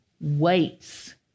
weights